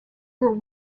were